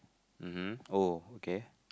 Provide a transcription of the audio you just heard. mmhmm oh okay